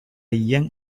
young